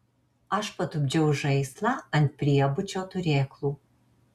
aš patupdžiau žaislą ant priebučio turėklų